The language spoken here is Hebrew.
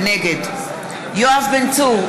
אינו נוכח אילן גילאון,